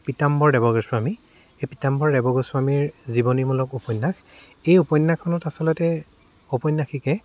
পীতাম্বৰ দেৱগোস্বামী এই পীতাম্বৰ দেৱগোস্বামীৰ জীৱনীমূলক উপন্যাস এই উপন্যাসখনত আচলতে ঔপন্যাসিকে